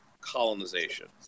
colonization